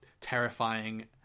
terrifying